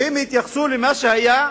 והם התייחסו למה שהיה.